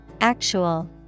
Actual